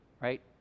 Right